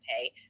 pay